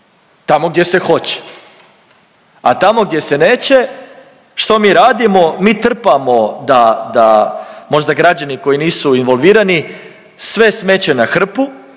tamo gdje se hoće. A tamo gdje se neće, što mi radimo? Mi trpamo da, da, da, možda građani koji nisu involvirani, sve smeće na hrpu,